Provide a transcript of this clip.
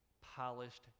polished